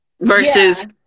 versus